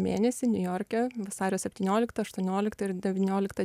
mėnesį niujorke vasario septynioliktą aštuonioliktą ir devynioliktą